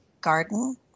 Garden